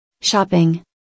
Shopping